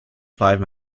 five